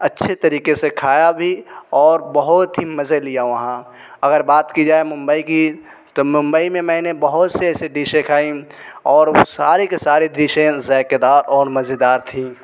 اچھے طریقے سے کھایا بھی اور بہت ہی مزے لیا وہاں اگر بات کی جائے ممبئی کی تو ممبئی میں میں نے بہت سے ایسے ڈیشیں کھائیں اور وہ سارے کے سارے ڈشیں ذائقےدار اور مزےدار تھیں